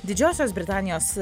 didžiosios britanijos